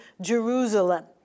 Jerusalem